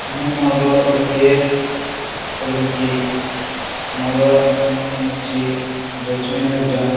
ମୁଁ ମୋର ଇପିଏଫ୍ ଖୋଲିଛି ମୋର ନୋମିନୀ ହେଉଛି ଜସ୍ମିନ୍ ହରିଜନ